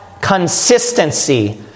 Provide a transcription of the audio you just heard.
consistency